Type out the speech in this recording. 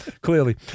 clearly